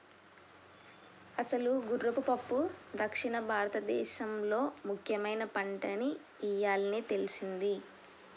అసలు గుర్రపు పప్పు దక్షిణ భారతదేసంలో ముఖ్యమైన పంటని ఇయ్యాలే తెల్సింది